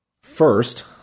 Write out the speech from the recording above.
First